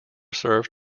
served